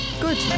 Good